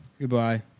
Goodbye